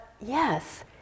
yes